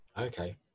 okay